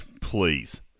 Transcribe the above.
Please